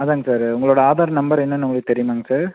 அதுதாங்க சார் உங்களோடய ஆதார் நம்பர் என்னென்னு உங்களுக்கு தெரியுமாங்க சார்